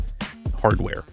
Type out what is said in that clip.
hardware